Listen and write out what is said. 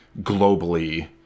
globally